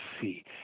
see